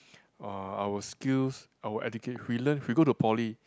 uh our skills our educate we learn we go to poly